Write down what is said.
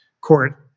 court